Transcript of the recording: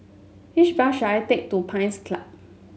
which bus should I take to Pines Club